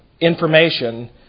information